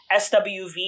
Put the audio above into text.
SWV